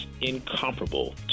incomparable